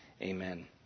amen